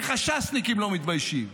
איך הש"סניקים לא מתביישים?